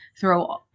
throw